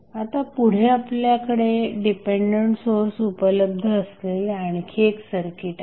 आता पुढे आपल्याकडे डिपेंडंट सोर्स उपलब्ध असलेले आणखी एक सर्किट आहे